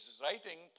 writing